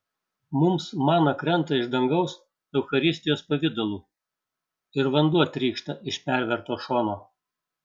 mums mana krenta iš dangaus eucharistijos pavidalu ir vanduo trykšta iš perverto šono